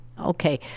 Okay